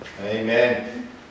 Amen